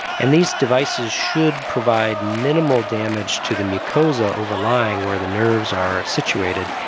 and these devices should provide minimal damage to the mucosa overlying where the nerves are situated,